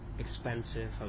expensive